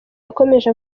yakomeje